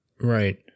Right